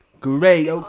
Great